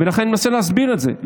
ולכן אני מנסה להסביר את זה.